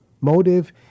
Motive